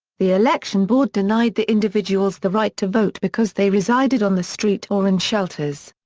the election board denied the individuals the right to vote because they resided on the street or in shelters.